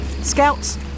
Scouts